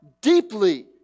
deeply